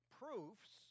proofs